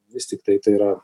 vis tiktai tai yra